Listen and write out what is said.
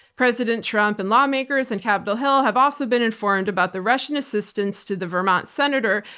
president trump and lawmakers in capitol hill have also been informed about the russian assistance to the vermont senator.